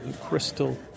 crystal